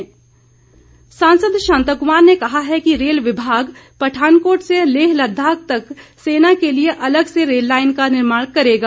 शांता कुमार सांसद शांता कुमार ने कहा है कि रेल विभाग पठानकोट से लेह लद्दाख तक सेना के लिए अलग से रेल लाईन का निर्माण करेगा